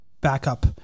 backup